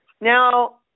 Now